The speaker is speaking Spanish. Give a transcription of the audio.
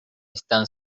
están